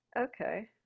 Okay